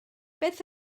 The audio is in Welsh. beth